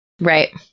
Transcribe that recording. Right